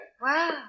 Wow